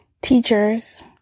Teachers